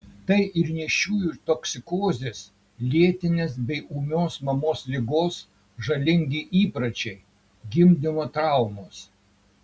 tai ir nėščiųjų toksikozės lėtinės bei ūmios mamos ligos žalingi įpročiai gimdymo traumos